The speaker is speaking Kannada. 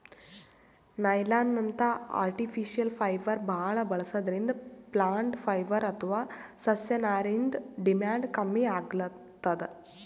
ನೈಲಾನ್ನಂಥ ಆರ್ಟಿಫಿಷಿಯಲ್ ಫೈಬರ್ ಭಾಳ್ ಬಳಸದ್ರಿಂದ ಪ್ಲಾಂಟ್ ಫೈಬರ್ ಅಥವಾ ಸಸ್ಯನಾರಿಂದ್ ಡಿಮ್ಯಾಂಡ್ ಕಮ್ಮಿ ಆಗ್ಲತದ್